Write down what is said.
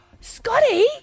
Scotty